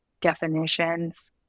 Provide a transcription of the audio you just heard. definitions